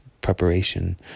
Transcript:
preparation